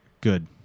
Good